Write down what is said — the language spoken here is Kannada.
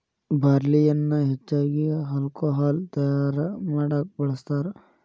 ಬಾರ್ಲಿಯನ್ನಾ ಹೆಚ್ಚಾಗಿ ಹಾಲ್ಕೊಹಾಲ್ ತಯಾರಾ ಮಾಡಾಕ ಬಳ್ಸತಾರ